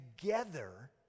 together